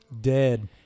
Dead